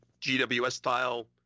GWS-style